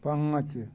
पाँच